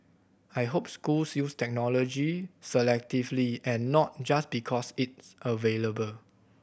I hope schools use technology selectively and not just because it's available